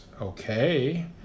okay